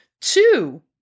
Two